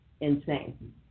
insane